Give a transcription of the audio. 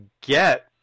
get